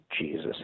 Jesus